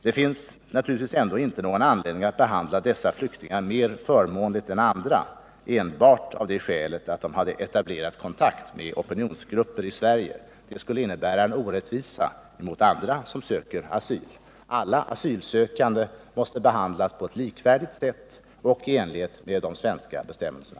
Det finns naturligtvis ändå inte någon anledning att behandla dessa flyktingar mer förmånligt än andra enbart av det skälet att de har etablerat kontakt med opinionsgrupper i Sverige. Det skulle innebära en orättvisa mot andra som söker asyl. Alla asylsökande måste behandlas på ett likvärdigt sätt och i enlighet med de svenska bestämmelserna.